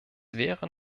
wäre